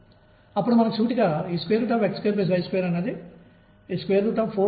కాబట్టి h బయటికి వచ్చే కాంతి యొక్క పౌనఃపున్యం En Em ద్వారా ఇవ్వబడుతుంది